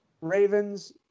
Ravens